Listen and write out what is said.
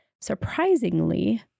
Surprisingly